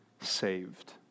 saved